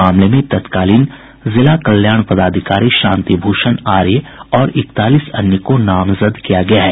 मामले में तत्कालीन जिला कल्याण पदाधिकारी शांति भूषण आर्य और इकतालीस अन्य को नामजद किया गया है